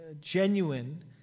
genuine